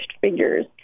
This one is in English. figures